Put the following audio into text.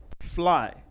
fly